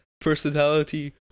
personality